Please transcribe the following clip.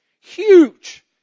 Huge